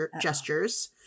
gestures